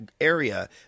area